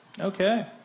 Okay